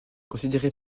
considéré